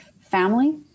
family